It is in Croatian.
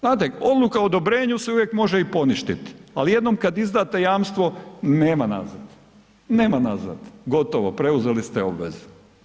Znate odluka o odobrenju se uvijek može i poništiti, ali jednom kada izdate jamstvo nema nazad, nema nazad, gotovo preuzeli ste obvezu.